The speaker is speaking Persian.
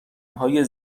های